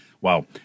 wow